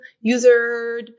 User